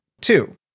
Two